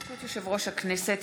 ברשות יושב-ראש הכנסת,